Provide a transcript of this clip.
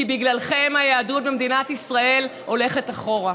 כי בגללכם היהדות במדינת ישראל הולכת אחורה.